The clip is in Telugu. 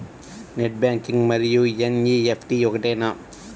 నెట్ బ్యాంకింగ్ మరియు ఎన్.ఈ.ఎఫ్.టీ ఒకటేనా?